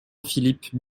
philippe